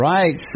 Right